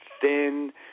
thin